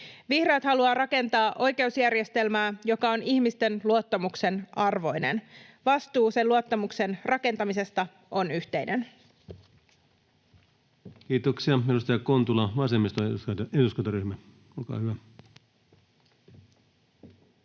Vihreät haluavat rakentaa oikeusjärjestelmää, joka on ihmisten luottamuksen arvoinen. Vastuu sen luottamuksen rakentamisesta on yhteinen. Kiitoksia. — Edustaja Kontula, vasemmistoliiton eduskuntaryhmä, olkaa hyvä.